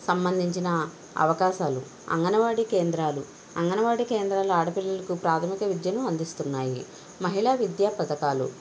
సంబంధించిన అవకాశాలు అంగన్వాడీ కేంద్రాలు అంగన్వాడీ కేంద్రాలు ఆడపిల్లలకు ప్రాథమిక విద్యను అందిస్తున్నాయి మహిళా విద్యా పథకాలు